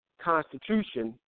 Constitution